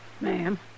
Ma'am